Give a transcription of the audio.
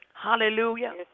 Hallelujah